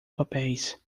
papéis